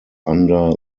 under